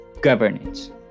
governance